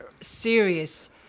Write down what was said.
serious